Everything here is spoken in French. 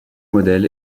model